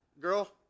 girl